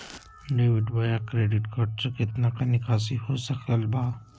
Debit बोया credit card से कितना का निकासी हो सकल बा?